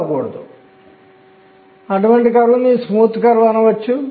కాబట్టి ఇది కొంత m విలువ కావచ్చు